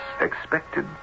Expected